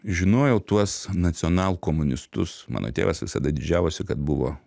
žinojau tuos nacional komunistus mano tėvas visada didžiavosi kad buvo